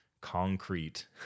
concrete